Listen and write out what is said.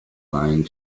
line